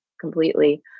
completely